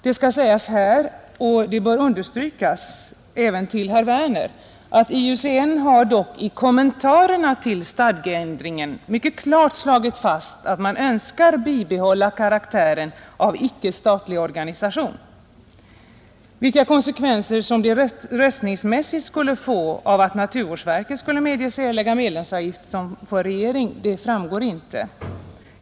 Det bör här understrykas även för herr Werner i Malmö att IUCN dock i kommentarerna till stadgeändringen mycket klart har slagit fast att man önskar bibehålla karaktären av icke-statlig organisation. Vilka konsekvenser som det röstningsmässigt skulle få att naturvårdsverket skulle medges att erlägga medlemsavgift som för regering framgår inte.